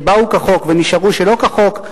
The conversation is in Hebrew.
שבאו כחוק ונשארו שלא כחוק,